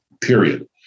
Period